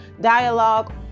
dialogue